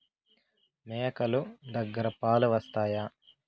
మేక లు దగ్గర పాలు వస్తాయా?